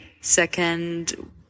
Second